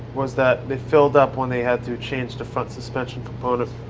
was that they filled up when they had to change the front suspension component.